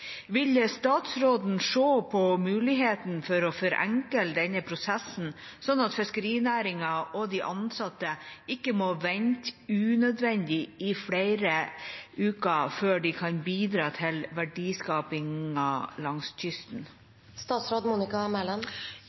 Vil statsråden se på muligheten for å forenkle denne prosessen, slik at fiskerinæringen og de ansatte ikke må vente unødvendig i flere uker før de kan bidra til verdiskapingen langs